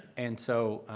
and so